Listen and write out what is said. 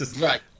Right